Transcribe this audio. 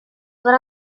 per